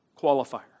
qualifier